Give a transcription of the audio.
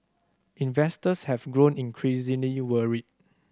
investors have grown increasingly worried